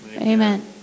Amen